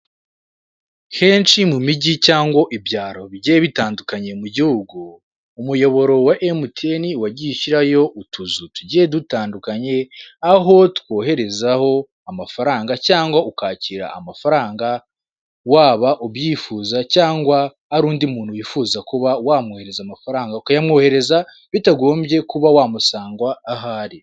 kenshi mumigi cyango ibyaro bigiye bitandukanye mugihugu umuyoboro wa MTN wagiye ushyirayo utuzu tugiye dutandukanye aho twoherezaho amafaranga cyangwa ukakira amafaranga waba ubyifuza cyangwa arundi muntu wifuza kuba wamwohereza amafaranga ukayamwohereza bitangobye kuba wamusanga aho ari.